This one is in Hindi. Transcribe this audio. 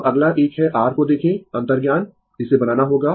अब अगला एक है r को देखे अंतर्ज्ञान इसे बनाना होगा